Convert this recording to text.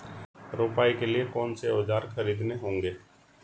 रोपाई के लिए कौन से औज़ार खरीदने होंगे?